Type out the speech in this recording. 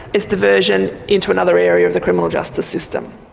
it's diversion into another area of the criminal justice system.